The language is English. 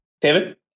David